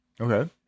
Okay